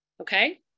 Okay